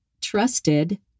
trusted